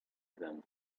them